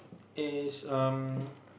is um